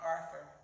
Arthur